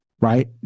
right